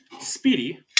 speedy